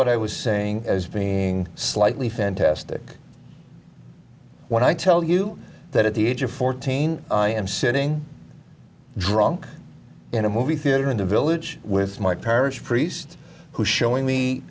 what i was saying as being slightly fantastic when i tell you that at the age of fourteen i am sitting drunk in a movie theater in the village with my parish priest who's showing